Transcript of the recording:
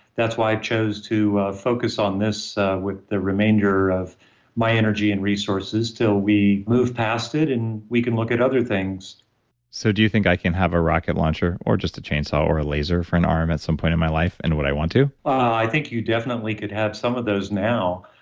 that's why i chose to focus on this with the remainder of my energy and resources till we move past it and we can look at other things so, do you think i can have a rocket launcher or just a chainsaw or a laser for an arm at some point in my life and would i want to? i think you definitely could have some of those now.